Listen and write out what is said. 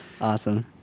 Awesome